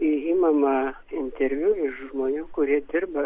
imama interviu iš žmonių kurie dirba